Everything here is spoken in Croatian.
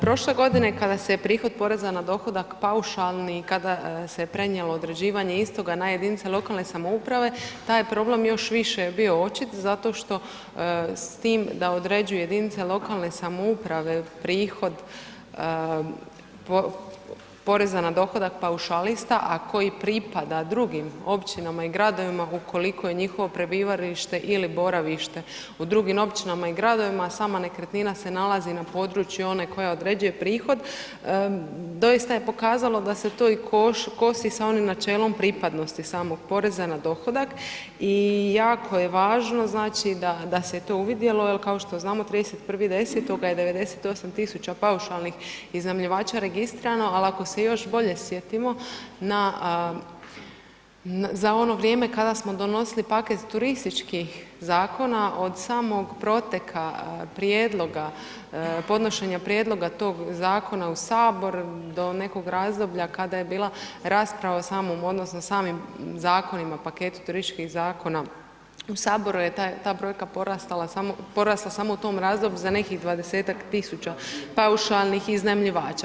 Prošle godine kada se je prihod poreza na dohodak paušalni, kada se je prenijelo određivanje istoga na jedinice lokalne samouprave, taj je problem još više bio očit zato što s tim da određuje jedinice lokalne samouprave prihod poreza na dohodak paušalista, a koji pripada drugim općinama i gradovima ukoliko je njihovo prebivalište ili boravište u drugim općinama i gradovima, a sama nekretnina se nalazi na području one koja određuje prihod, doista je pokazalo da se to i kosi sa onim načelom pripadnosti samog poreza na dohodak i jako je važno znači da, da se je to uvidjelo jel kao što znamo 31.10. je 98 000 paušalnih iznajmljivača registrirano, al ako se još bolje sjetimo na, za ono vrijeme kada smo donosili paket turističkih zakona, od samog proteka prijedloga, podnošenja prijedloga tog zakona u Sabor do nekog razdoblja kada je bila rasprava o samom odnosno o samim zakonima, paketu turističkih zakona, u Saboru je ta brojka porasla samo u tom razdoblju za nekih 20-tak tisuća paušalnih iznajmljivača.